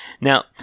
Now